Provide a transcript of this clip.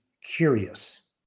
curious